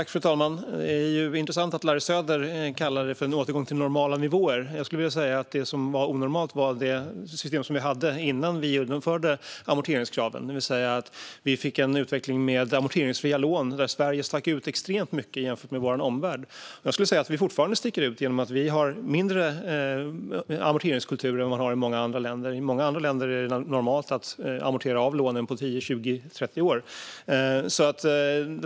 Fru talman! Det är intressant att Larry Söder kallar det för en återgång till normala nivåer. Jag skulle vilja säga att det var det system som vi hade innan amorteringskravet infördes som var onormalt, vilket ledde till en utveckling med amorteringsfria lån. Där stack Sverige ut extremt mycket jämfört med vår omvärld. Vi sticker fortfarande ut genom att vi har en svagare amorteringskultur än många andra länder. I många andra länder är det normalt att amortera av lånen på 10, 20 eller 30 år.